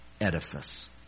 edifice